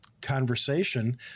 conversation